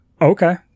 Okay